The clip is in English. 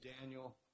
Daniel